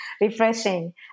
refreshing